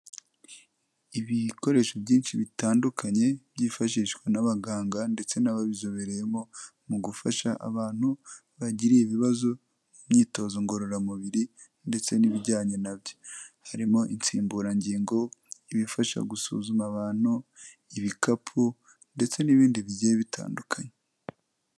Ibikoresho byinshi bitandukanye, byifashishwa n'abaganga ndetse n'ababizobereyemo mu gufasha abantu bagiriye ibibazo mu myitozo ngororamubiri, ndetse n'ibijyanye nabyo, harimo: insimburangingo, ibifasha gusuzuma abantu, ibikapu ndetse n'ibindi bigiye bitandukanye.